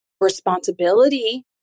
responsibility